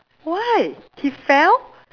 why he fell